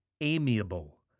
amiable